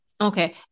Okay